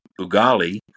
Bugali